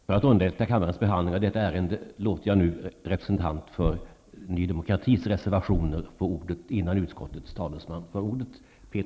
För att underlätta kammarens behandling av detta ärende låter jag nu en representant för Ny demokratis reservationer få ordet innan utskottets talesman får ordet.